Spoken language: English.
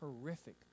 horrific